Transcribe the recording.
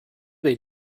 they